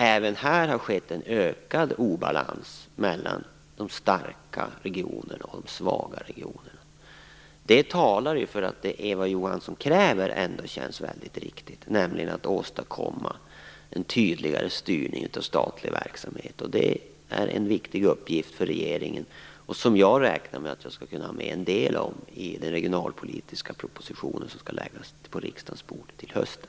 Även här har skapats en ökad obalans mellan de starka och svaga regionerna. Detta talar för att det Eva Johansson kräver känns riktigt, nämligen att åstadkomma en tydligare styrning av statlig verksamhet. Det är en viktig uppgift för regeringen. Jag räknar med att kunna framföra en del åtgärder i den regionalpolitiska proposition som skall läggas fram på riksdagens bord till hösten.